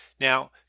Now